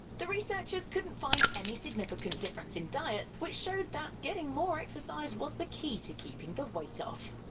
the researchers couldn't find any significant difference in diets, which showed that getting more exercise was the key to keeping the weight off.